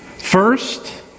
First